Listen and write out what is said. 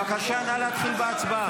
בבקשה, נא להתחיל בהצבעה.